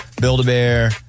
Build-A-Bear